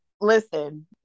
Listen